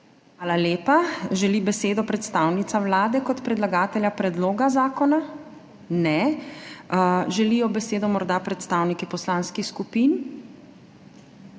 Hvala lepa. Želi besedo predstavnica Vlade kot predlagatelja predloga zakona? Ne. Želijo besedo morda predstavniki poslanskih skupin?